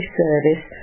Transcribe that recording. service